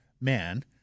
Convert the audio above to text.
man